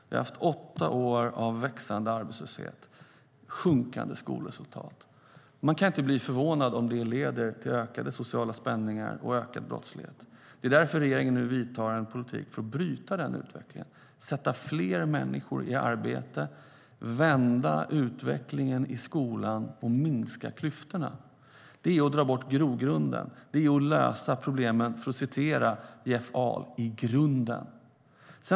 Vi har haft åtta år av växande arbetslöshet och sjunkande skolresultat. Man kan inte bli förvånad om det leder till ökade sociala spänningar och ökad brottslighet. Det är därför regeringen nu för en politik som ska bryta den utvecklingen, för att sätta fler människor i arbete, för att vända utvecklingen i skolan och minska klyftorna. Det är att ta bort grogrunden. Det är att lösa problemen i grunden, som Jeff Ahl talade om.